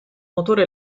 motore